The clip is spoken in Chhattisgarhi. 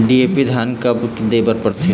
डी.ए.पी धान मे कब दे बर रथे?